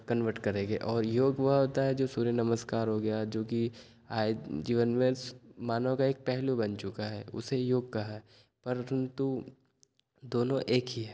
convert करेंगें और योग वह होता है जो सूर्यनमस्कार हो गया जो कि आय जीवन में मानव का एक पहलू बन चुका है उसे योग कहा परन्तु दोनों एक ही है